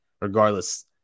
Regardless